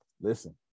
listen